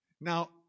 Now